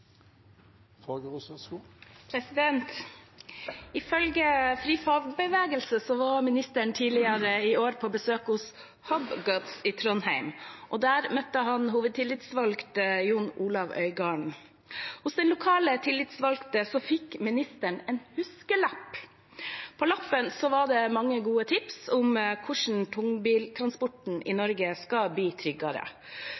Ifølge FriFagbevegelse var statsråden tidligere i år på besøk hos Hob Gods i Trondheim. Der møtte han hovedtillitsvalgte John Olav Øyangen. Hos den lokale tillitsvalgte fikk statsråden en huskelapp. På lappen var det mange gode tips om hvordan tungbiltransporten i